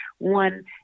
One